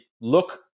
look